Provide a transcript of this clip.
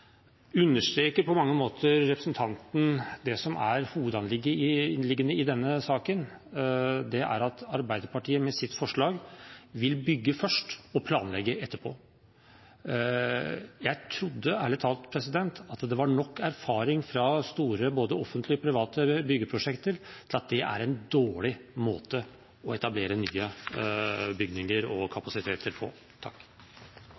på mange måter det som er hovedanliggendet i denne saken, nemlig at Arbeiderpartiet med sitt forslag vil bygge først og planlegge etterpå. Jeg trodde ærlig talt at det var nok erfaring fra store, både offentlige og private, byggeprosjekter som viser at det er en dårlig måte å etablere nye bygninger og